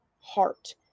heart